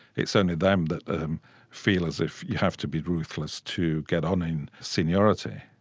it's only them that feel as if you have to be ruthless to get on in seniority.